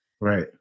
Right